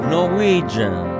Norwegian